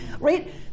right